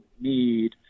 need